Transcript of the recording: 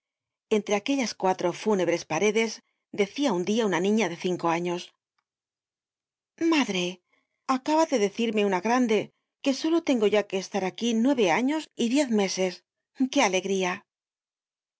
entre aquellas cuatro fúnebres paredes decia un dia una niña de cinco años madre acaba de decirme una grande que solo tengo ya que es lar aquí nueve años y diez meses qué alegría